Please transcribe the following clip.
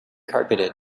carpeted